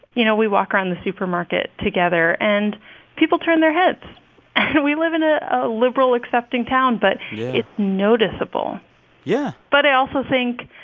you know, we walk around the supermarket together, and people turn their heads. and we live in a ah liberal, accepting town, but it's noticeable yeah but i also think,